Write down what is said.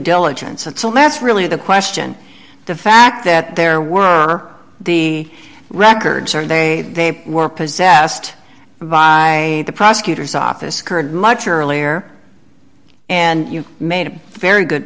diligence until that's really the question the fact that there were the records or they were possessed by the prosecutor's office curd much earlier and you made a very good